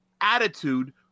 attitude